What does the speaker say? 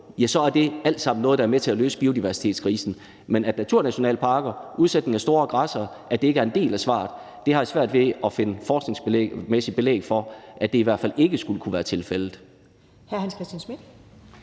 måde, så er det alt sammen noget, der er med til at løse biodiversitetskrisen. Men at naturnationalparker og udsætning af store græssere ikke er en del af svaret, har jeg i hvert fald svært ved at finde forskningsmæssigt belæg for skulle være tilfældet.